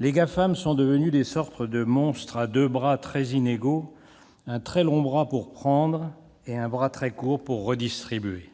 Les Gafam sont devenus des sortes de monstres à deux bras très inégaux : un très long bras pour prendre et un très court pour redistribuer.